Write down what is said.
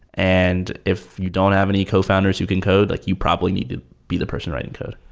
and if you don't have any cofounders who can code, like you probably need to be the person writing code.